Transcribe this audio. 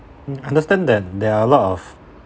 mm understand that there are a lot of